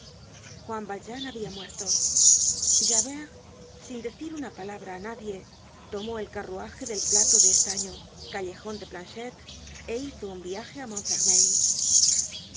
juan valjean habia muerto javert sin decir una palabra á nadie tomó el cuarruaje del platp de estaño callejon de planchette é hizo un viaje á